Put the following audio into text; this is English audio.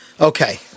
Okay